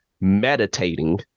meditating